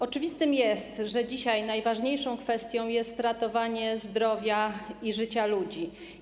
Oczywiste jest, że dzisiaj najważniejszą kwestią jest ratowanie zdrowia i życia ludzi.